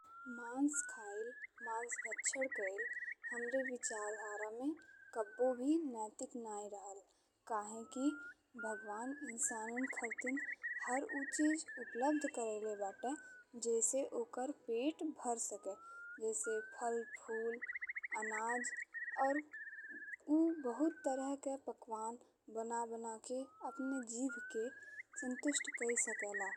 मांस खाइल, मांस भक्षण कइल हमरे विचारधारा में कबहुँ भी नैतिक नाहीं रहल। काहे कि भगवान इंसानन खातिर हर ऊ चीज उपलब्ध करइले बाटे जैसे ओकर पेट भर सके जैसे फल, फूल, अनाज अउर ऊ बहुत तरह के पकवान बना बना के अपने जीभ के संतुष्ट कर सकेला।